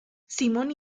simon